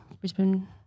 Brisbane